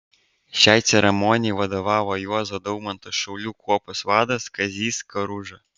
šiai ceremonijai vadovavo juozo daumanto šaulių kuopos vadas kazys karuža